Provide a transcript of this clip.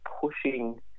pushing